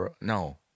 No